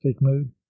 mood